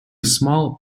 small